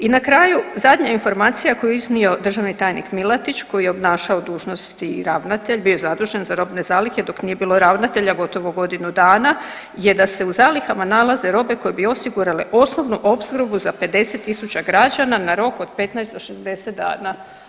I na kraju zadnja informacija koju je iznio državni tajnik Milatić koji je obnašao dužnosti ravnatelj, bio je zadužen za robne zalihe dok nije bilo ravnatelja gotovo godinu dana, je da se u zalihama nalaze robe koje bi osigurale osnovnu opskrbu za 50.000 na rok od 15 do 60 dana.